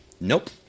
Nope